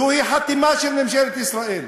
זוהי חתימה של ממשלת ישראל.